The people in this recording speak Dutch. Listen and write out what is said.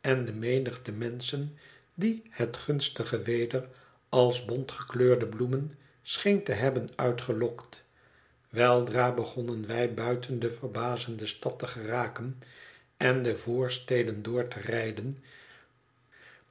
en de menigte menschen die het gunstige weder als bont gekleurde bloemen scheen te hebben uitgelokt weldra begonnen wij buiten de verbazende stad te geraken en de voorsteden door te rijden